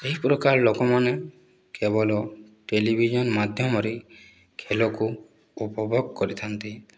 ଏହି ପ୍ରକାର ଲୋକମାନେ କେବଳ ଟେଲିଭିଜନ ମାଧ୍ୟମରେ ଖେଳକୁ ଉପଭୋଗ କରିଥାନ୍ତି